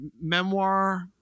memoir